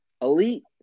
elite